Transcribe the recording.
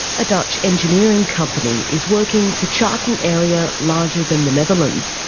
a dutch engineering company is working to chart an area larger than the netherlands,